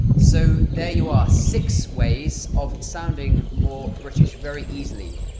so there you are, six ways of sounding more british very easily